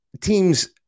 teams